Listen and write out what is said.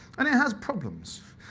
and it has problems,